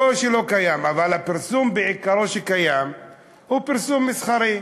לא שלא קיים, אבל הפרסום שקיים הוא פרסום מסחרי.